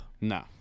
No